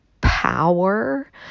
power